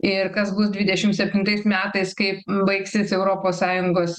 ir kas bus dvidešim septintais metais kaip baigsis europos sąjungos